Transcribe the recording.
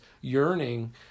yearning